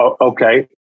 Okay